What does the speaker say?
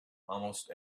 almost